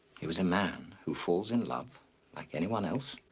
he was a man who falls in love like anyone else.